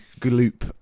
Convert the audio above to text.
gloop